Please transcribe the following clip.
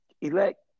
elect